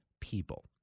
people